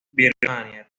birmania